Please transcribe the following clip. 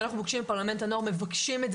שאנחנו מבקשים את זה,